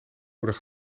worden